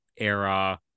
era